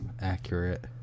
accurate